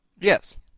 Yes